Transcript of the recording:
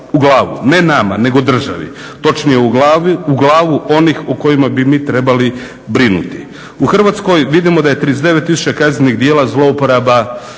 u glavu, ne nama nego državi, točnije u glavu onih o kojima bi mi trebali brinuti. U Hrvatskoj vidimo da je 39 tisuća kaznenih djela zlouporaba